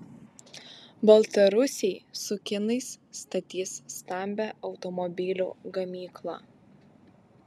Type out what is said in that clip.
baltarusiai su kinais statys stambią automobilių gamyklą